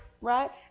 Right